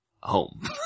Home